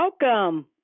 welcome